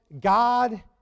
God